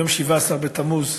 היום 17 בתמוז.